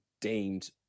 deemed